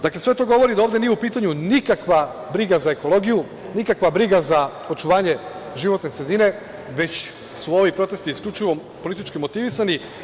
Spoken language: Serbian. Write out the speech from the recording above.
Dakle, sve to govori da ovde nije u pitanju nikakva briga za ekologiju, nikakva briga za očuvanje životne sredine već su ovi protesti isključivo politički motivisani.